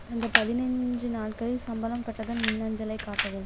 கடந்த பதினைஞ்சி நாட்களில் சம்பளம் பெற்றதன் மின்னஞ்சலை காட்டவும்